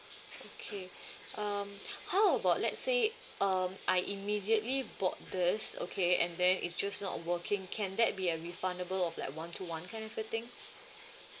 okay um how about let's say um I immediately bought this okay and then it's just not working can that be a refundable of like one to one kind of a thing